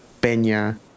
Peña